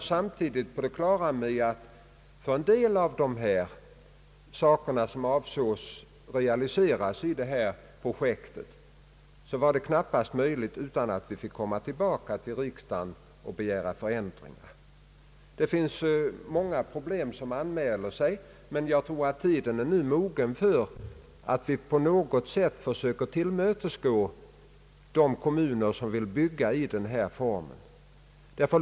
Samtidigt är vi på det klara med att en del av de saker som avses bli realiserade i det här projektet knappast kan förverkligas utan att vi först får komma till riksdagen och begära förändringar i lagen. Många problem anmäler sig, men jag tror att tiden nu är mogen att på något sätt försöka tillmötesgå de kommuner som vill bygga i den här formen.